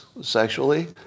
sexually